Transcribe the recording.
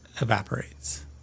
evaporates